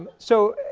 so,